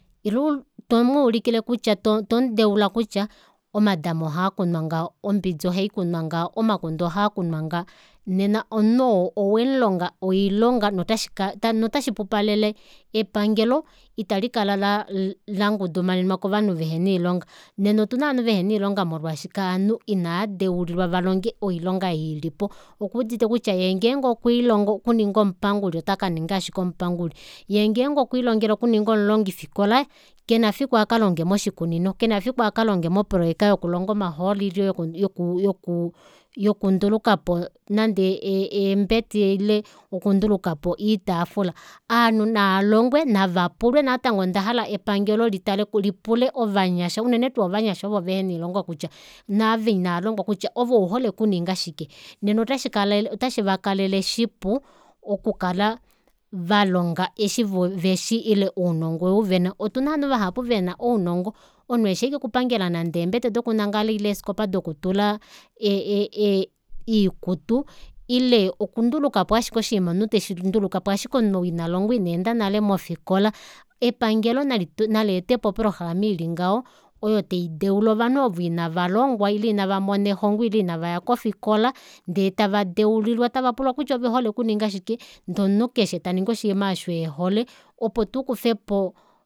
Ile tomuulikile kutya to- to tomudeula kutya omadama ohaakunwa ngaho ombidi ohaikunwa ngaho, omakunde ohaakunwa ngaho nena omunhu oo owemulonga oilonga notashi ka noshipupalele epangelo itali kala la langudumanenwa kovanhu vehena oilonga nena otuna ovanhu vehena oilonga molwaashi ovanhu inaadeulilwa valonge oilonga eyi ilipo okuudite kutya yeengenge okwelilongela okunina omupanguli otakaninga ashike omupanguli yeengenge okwiilongela okuninga omulongifikola kena fiku akalonge moshikunino kena efiku akalonge mopoloyeka yokulonga omahooli ile yoku yoku yokuu yokundulukapo nande eembete ile okundulukapo oitafula aanhu naalongwe navapulwe natango ondahala epangelo litale lipule ovanyasha unene tuu ovanyasha ovo vehena oilonga ava inaalongwa vapulwe kutya ove ouhole okuninga shike nena ota shikalele otashivakalele shipu oku kala valonga eshi voo veshi ile ounongo ou vena otuna ovanhu vahapu vena ounongo omunhu eshi ashike okupangela nande eembele doku nangala ile eeskopa doku tula e- e- e iikutu ile okundulukapo aashike oshinima omunhu teshi ndulukapo ashike omunhu oo inalongwa ina enda nale mofikola epangelo naleetepo oprograma ili ngaho oo taideula ovanhu ovo ina valongwa ile inavamona elongo ile inavaya kofikola ndee tava deulilwa tavapulwa kutya ovehole okuninga shike ndee omunhu keshe taningi oshinima aasho ehole opo tukufepo